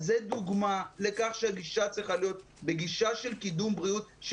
זאת דוגמה לכך שהגישה צריכה להיות בגישה של קידום בריאות.